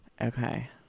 okay